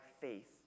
faith